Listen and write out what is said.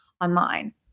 online